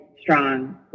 strong